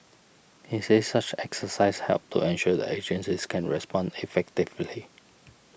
he said such exercises help to ensure the agencies can respond effectively